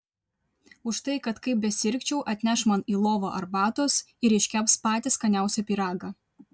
už tai kad kaip besirgčiau atneš man į lovą arbatos ir iškeps patį skaniausią pyragą